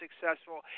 successful